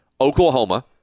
Oklahoma